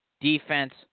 defense